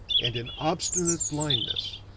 and, in obstinate blindness,